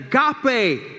agape